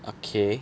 okay